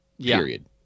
period